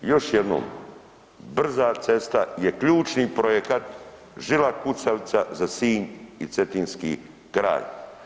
I još jednom brza cesta je ključni projekat, žila kucavica za Sinj i cetinski kraj.